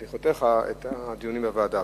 ובהליכותיך, את הדיונים פה במליאה.